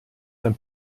sein